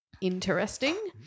interesting